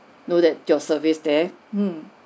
know that your service there mm